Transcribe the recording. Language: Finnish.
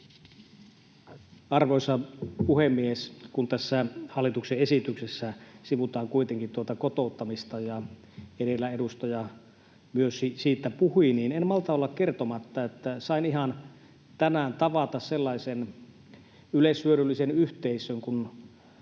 Arvoisa puhemies! Kun tässä hallituksen esityksessä sivutaan kuitenkin kotouttamista ja edellä edustaja myös siitä puhui, niin en malta olla kertomatta, että sain ihan tänään tavata sellaisen yleishyödyllisen yhteisön kuin